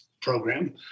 program